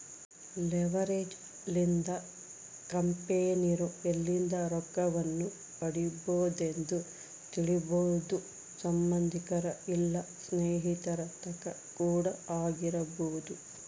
leverage ಲಿಂದ ಕಂಪೆನಿರೊ ಎಲ್ಲಿಂದ ರೊಕ್ಕವನ್ನು ಪಡಿಬೊದೆಂದು ತಿಳಿಬೊದು ಸಂಬಂದಿಕರ ಇಲ್ಲ ಸ್ನೇಹಿತರ ತಕ ಕೂಡ ಆಗಿರಬೊದು